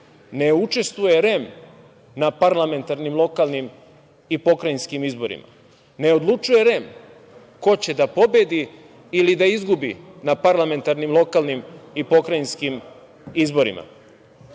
ne učestvuje REM na parlamentarnim, lokalnim i pokrajinskim izborima, ne odlučuje REM ko će da pobedi ili da izgubi na parlamentarnim, lokalnim i pokrajinskim izborima,